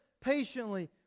patiently